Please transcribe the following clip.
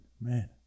man